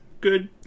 good